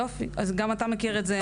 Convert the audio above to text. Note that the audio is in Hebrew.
יופי, אז גם אתה מכיר את זה.